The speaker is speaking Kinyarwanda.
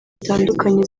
zitandukanye